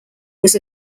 was